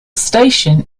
station